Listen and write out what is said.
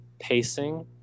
pacing